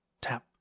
tap